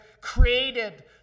created